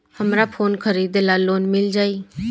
हमरा फोन खरीदे ला लोन मिल जायी?